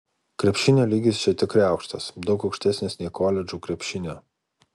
krepšinio lygis čia tikrai aukštas daug aukštesnis nei koledžų krepšinio